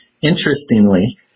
Interestingly